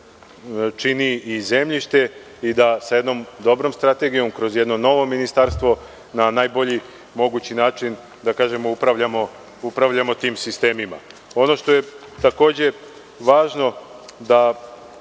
čini i zemljište, i da sa jednom dobrom strategijom, kroz jedno novo Ministarstvo, na najbolji mogući način upravljamo tim sistemima. Ono što je takođe važno da